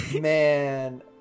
man